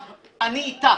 דרך אגב, אני איתך,